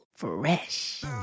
fresh